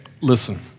listen